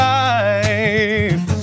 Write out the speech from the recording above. life